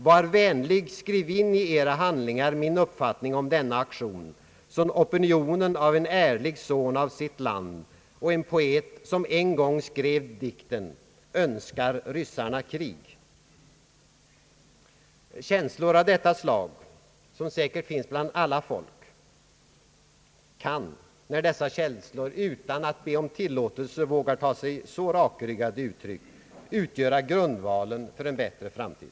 Var vänliga skriv in i era handlingar min uppfattning om denna aktion som opinionen av en ärlig son av sitt land och en poet som en gång skrev dikten ”Önskar ryssarna krig?» Känslor av detta slag, som säkert finns bland alla folk, kan när dessa känslor utan att be om tillåtelse vågar ta sig så rakryggade uttryck utgöra grundvalen för en bättre framtid.